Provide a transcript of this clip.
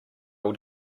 will